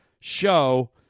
show